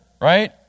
right